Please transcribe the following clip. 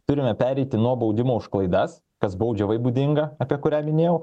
turime pereiti nuo baudimo už klaidas kas baudžiavai būdinga apie kurią minėjau